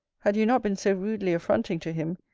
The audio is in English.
had you not been so rudely affronting to him,